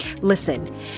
Listen